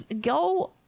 go